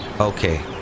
Okay